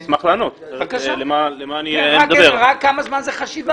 תאמר לי רק כמה זמן זאת חשיבה.